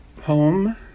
home